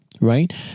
right